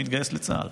והוא מתגייס לצה"ל.